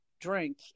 drink